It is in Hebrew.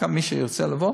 מי שירצה לבוא,